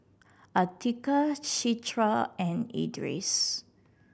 Atiqah Citra and Idris